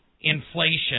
inflation